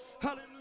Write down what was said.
Hallelujah